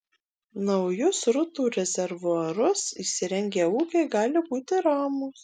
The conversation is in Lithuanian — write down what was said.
naujus srutų rezervuarus įsirengę ūkiai gali būti ramūs